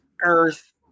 Earth